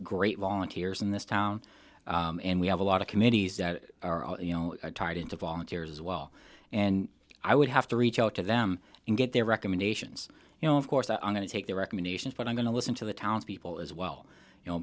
great volunteers in this town and we have a lot of committees that are you know tied into volunteers as well and i would have to reach out to them and get their recommendations you know of course i'm going to take their recommendations but i'm going to listen to the townspeople as well you know